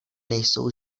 nejsou